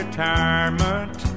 Retirement